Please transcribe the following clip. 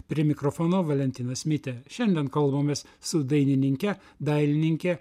prie mikrofono valentinas mitė šiandien kalbamės su dainininke dailininke